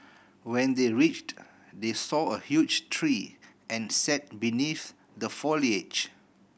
when they reached they saw a huge tree and sat beneath the foliage